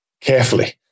Carefully